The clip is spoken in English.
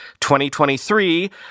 2023